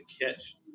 catch